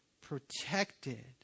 protected